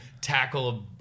tackle